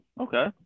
okay